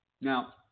Now